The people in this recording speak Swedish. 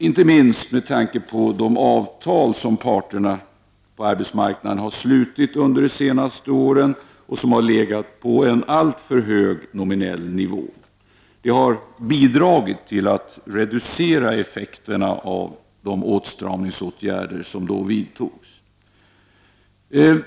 Inte minst de avtal som parterna på arbetsmarknaden har slutit under de senaste åren, som har legat på en alltför hög nominell nivå, har bidragit till att reducera effekterna av de åtstramningsåtgärder som vidtogs förra året.